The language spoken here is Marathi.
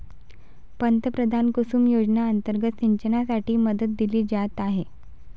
पंतप्रधान कुसुम योजना अंतर्गत सिंचनासाठी मदत दिली जात आहे